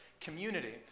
community